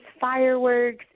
fireworks